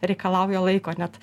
reikalauja laiko net